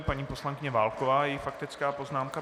Paní poslankyně Válková a její faktická poznámka.